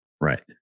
Right